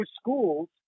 schools